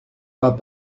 pas